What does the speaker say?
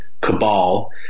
cabal